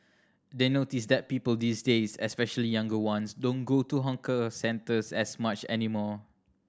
they notice that people these days especially younger ones don't go to hawker centres as much anymore